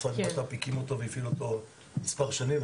המשרד לבט"פ הקים אותו והפעיל אותו מספר שנים,